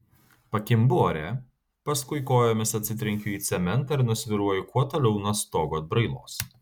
pakimbu ore paskui kojomis atsitrenkiu į cementą ir nusvyruoju kuo toliau nuo stogo atbrailos